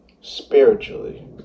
spiritually